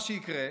מה שיקרה,